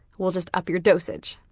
we'll just up your dosage